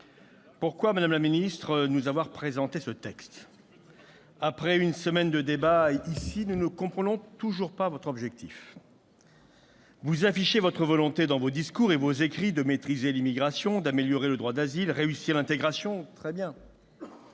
Pourquoi, madame la ministre, nous avoir présenté ce texte ? Après une semaine de débat ici, nous ne comprenons toujours pas votre objectif. Vous affichez, dans vos discours et vos écrits, votre volonté de maîtriser l'immigration, d'améliorer le droit d'asile et de réussir l'intégration. Très bien